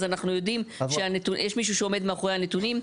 אז אנחנו יודעים שיש מישהו שעומד מאחורי הנתונים,